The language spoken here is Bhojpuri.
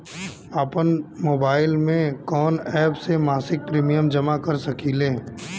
आपनमोबाइल में कवन एप से मासिक प्रिमियम जमा कर सकिले?